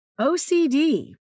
OCD